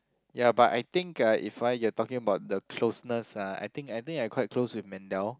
ya but I think ah if ah you are talking about the closeness ah I think I think I quite close with Mendel